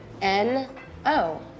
N-O